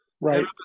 right